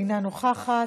אינה נוכחת,